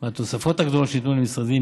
מהתוספות הגדולות שניתנו למשרדים,